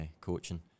coaching